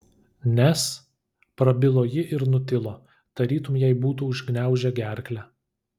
nes prabilo ji ir nutilo tarytum jai būtų užgniaužę gerklę